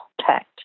contact